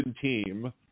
team